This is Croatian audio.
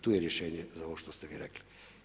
Tu je rješenje za ovo što ste vi rekli.